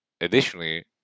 additionally